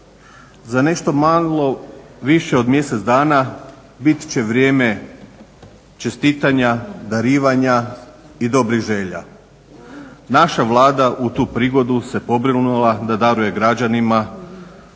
Za nešto malo više od mjesec dana bit će vrijeme čestitanja, darivanja i dobrih želja. Naša Vlada u tu prigodu se pobrinula da daruje građanima